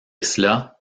cela